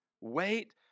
Wait